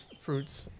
fruits